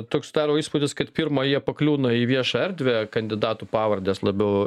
toks susidaro įspūdis kad pirma jie pakliūna į viešą erdvę kandidatų pavardes labiau